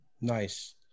Nice